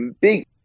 big